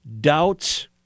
doubts